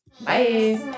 Bye